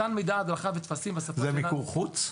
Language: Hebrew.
מתן מידע, הדרכה וטפסים --- זה מיקור חוץ?